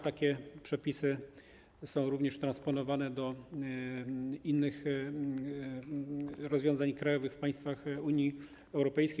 Takie przepisy są również transponowane do innych rozwiązań krajowych w państwach Unii Europejskiej.